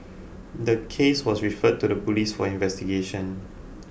the case was referred to the police for investigation